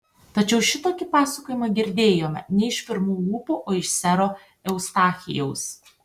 tačiau šitokį pasakojimą girdėjome ne iš pirmų lūpų o iš sero eustachijaus